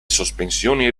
sospensioni